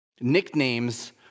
Nicknames